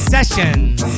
Sessions